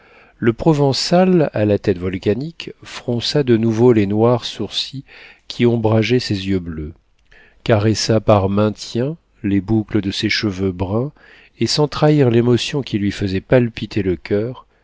le provençal à la tête volcanique fronça de nouveau les noirs sourcils qui ombrageaient ses yeux bleus caressa par maintien les boucles de ses cheveux bruns et sans trahir l'émotion qui lui faisait palpiter le coeur